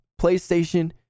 PlayStation